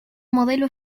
modelo